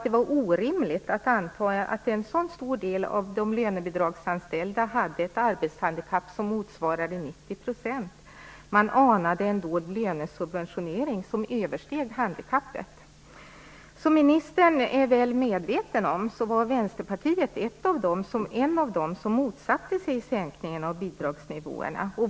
Det var orimligt att anta att en så stor del av de lönebidragsanställda hade ett arbetshandikapp som motsvarade 90 %. Man anade en dold lönesubventionering som översteg handikappet. Som ministern är väl medveten om var Vänsterpartiet ett av de partier som motsatte sig sänkningen av bidragsnivåerna.